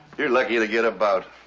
you're lucky to get a bout.